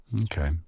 okay